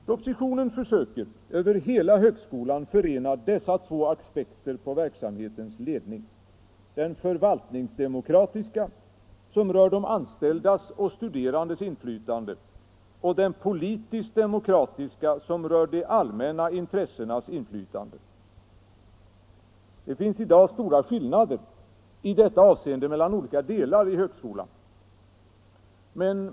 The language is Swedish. Propositionen försöker över hela högskolan förena dessa två aspekter på verksamhetens ledning — den förvaltningsdemokratiska, som rör de anställdas och de studerandes inflytande, och den politisk-demokratiska, som rör de allmänna intressenas inflytande. Det finns i dag stora skillnader i detta avseende mellan olika delar av högskolan.